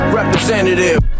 representative